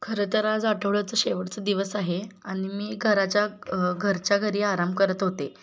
खरं तर आज आठवड्याचं शेवटचं दिवस आहे आणि मी घराच्या घरच्या घरी आराम करत होते